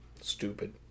Stupid